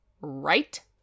right